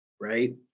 right